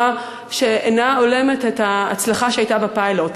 שאינה הולמת את ההצלחה שהייתה בפיילוט.